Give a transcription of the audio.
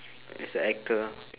it's the actor ah